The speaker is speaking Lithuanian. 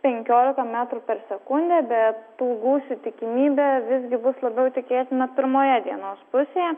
penkiolika metrų per sekundę bet tų gūsių tikimybė visgi bus labiau tikėtina pirmoje dienos pusėje